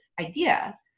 idea